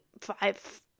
five